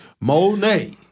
Monet